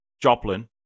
Joplin